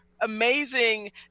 amazing